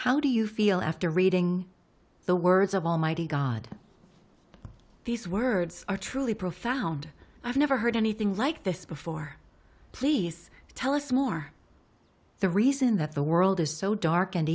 how do you feel after reading the words of almighty god these words are truly profound i've never heard anything like this before please tell us more the reason that the world is so dark and